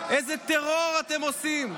איזה טרור אתם עושים.